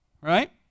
Right